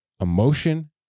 emotion